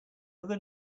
other